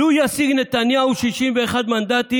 "לו ישיג נתניהו 61 מנדטים,